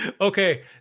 Okay